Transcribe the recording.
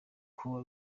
kuba